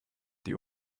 die